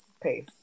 pace